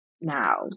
now